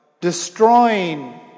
Destroying